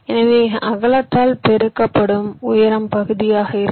எனவே அகலத்தால் பெருக்கப்படும் உயரம் பகுதியாக இருக்கும்